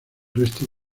resto